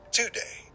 Today